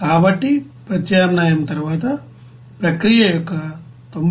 కాబట్టి ప్రత్యామ్నాయం తరువాత ప్రక్రియ యొక్క 93